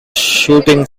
shooting